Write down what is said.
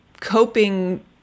coping